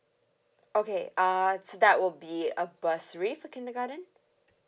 okay uh so that will be a bursary for kindergarten